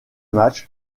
match